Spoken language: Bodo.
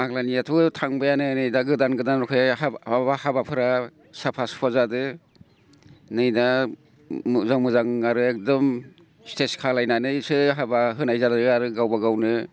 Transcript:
आग्लानियाथ' थांबायानो नै दा गोदान गोदान फैनाय हाबाफोरा साफा सुफा जादो नै दा मोजां मोजां आरो एखदम सिटेज खालामनानैसो हाबा होनाय जालायो आरो गावबागावनो